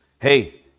hey